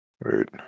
Right